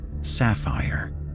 Sapphire